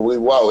אומרים: וואו,